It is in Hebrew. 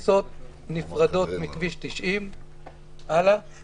נפרדות מכביש 90. אנחנו